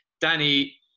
Danny